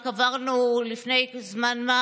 רק לפני זמן מה